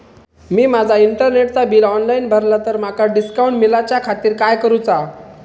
मी माजा इंटरनेटचा bill online भरला तर माका डिस्काउंट मिलाच्या खातीर काय करुचा?